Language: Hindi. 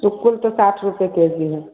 सुक्कुल तो साठ रुपए के जी है